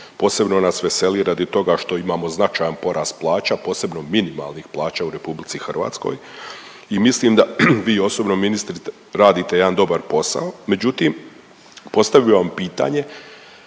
posebno nas veseli radi toga što imamo značajan porast plaća, posebno minimalnih plaća u RH i mislim da vi osobno, ministre, radite jedna dobar posao. Međutim, postavio bi vam pitanje,